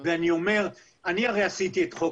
אני הרי עשיתי את חוק